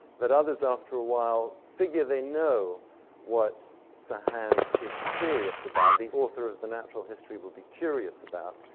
that others, after a while, figure they know what sir hans is curious about, the author of the natural history will be curious about.